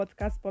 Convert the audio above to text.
podcast